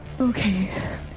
Okay